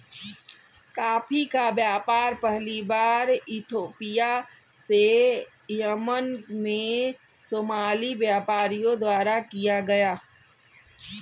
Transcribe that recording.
coffee का व्यापार पहली बार इथोपिया से यमन में सोमाली व्यापारियों द्वारा किया गया